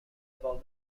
about